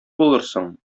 булырсың